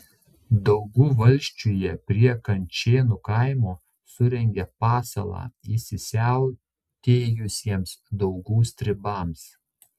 daugų valsčiuje prie kančėnų kaimo surengė pasalą įsisiautėjusiems daugų stribams